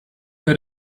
her